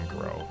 grow